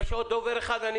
האם יש עוד דובר מה"זום"?